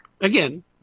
Again